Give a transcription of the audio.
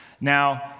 Now